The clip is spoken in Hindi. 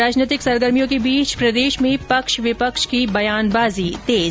राजनैतिक सरगर्मियों के बीच प्रदेश में पक्ष विपक्ष की बयानबाजी तेज